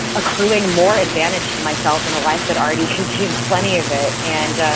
accruing more advantage to myself in a life that already contains plenty of it. and,